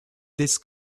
this